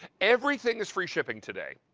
everything is free shipping today.